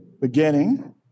beginning